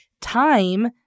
time